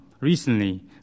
recently